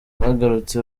bagarutse